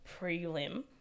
prelim